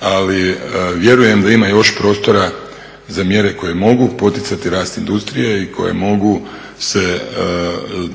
ali vjerujem da ima još prostora za mjere koje mogu poticati rast industrije i koje mogu se